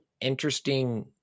interesting